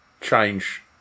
change